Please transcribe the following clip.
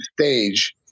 stage